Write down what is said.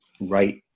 right